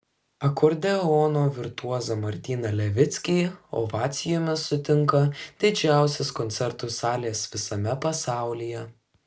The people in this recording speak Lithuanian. akordeono virtuozą martyną levickį ovacijomis sutinka didžiausios koncertų salės visame pasaulyje